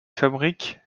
fabriques